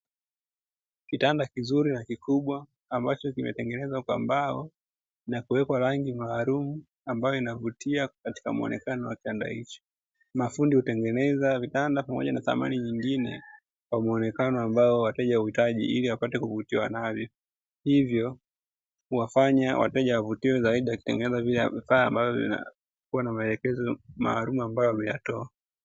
Kitanda kizuri na kikubwa ambacho kimetengenezwa kwa mbao na kuwekwa rangi maalumu ambayo inavutia katika muonekano wa kitanda hicho. Mafundi hutengeneza vitanda pamoja na samani nyingine kwa muonekano ambao wateja huhitaji ili wapate kuvutiwa na vyo hivyo huwafanya wateja wavutiwe zaidi wakitengeneza vile vinavyokuwa na maelezo maalumu ambayo wameyatoa.